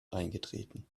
eingetreten